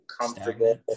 comfortable